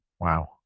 Wow